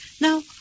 Now